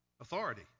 Authority